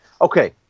Okay